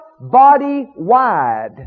body-wide